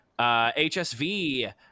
HSV